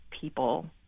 people